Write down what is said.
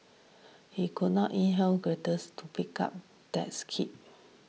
he could not inherit greatness to pick up dad keeps